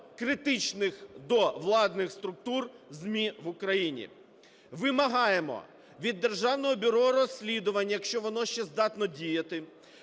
критичних до влади структур ЗМІ в Україні. Вимагаємо від Державного бюро розслідувань, якщо воно ще здатне діяти,